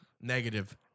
Negative